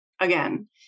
again